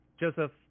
joseph